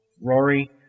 Rory